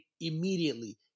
immediately